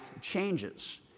changes